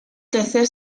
tercer